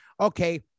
okay